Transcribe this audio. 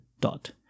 dot